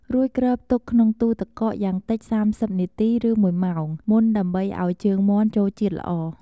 រួចគ្របទុកក្នុងទូទឹកកកយ៉ាងតិច ៣០ នាទី ឬ ១ ម៉ោងមុនដើម្បីឱ្យជើងមាន់ចូលជាតិល្អ។